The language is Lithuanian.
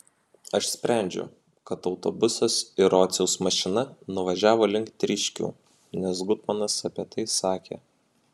aš sprendžiu kad autobusas ir rociaus mašina nuvažiavo link tryškių nes gutmanas apie tai sakė